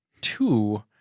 Two